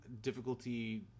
difficulty